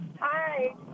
Hi